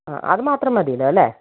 ആ അത് മാത്രം മതിയല്ലോ അല്ലേ